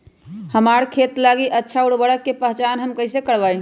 हमार खेत लागी अच्छा उर्वरक के पहचान हम कैसे करवाई?